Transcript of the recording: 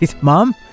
mom